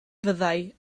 fyddai